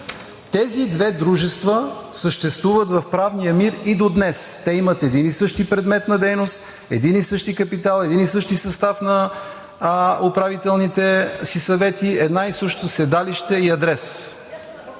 Тези две дружества съществуват в правния мир и до днес – те имат един и същи предмет на дейност, един и същи капитал, един и същи състав на управителните си съвети, едно и също седалище и адрес.